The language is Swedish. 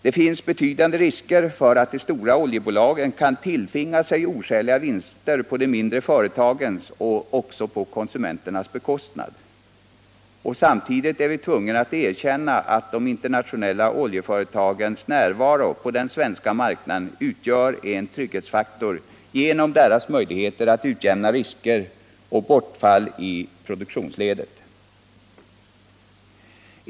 Det finns betydande risker för att de stora oljebolagen kan tilltvinga sig oskäliga vinster på de mindre företagens och konsumenternas bekostnad. Samtidigt är vi emellertid tvungna att erkänna att de internationella oljeföretagens närvaro på den svenska marknaden utgör en trygghetsfaktor genom deras möjligheter att utjämna risker och bortfall i produktionsledet.